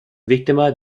víctima